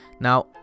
Now